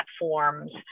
platforms